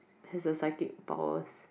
has the psychic powers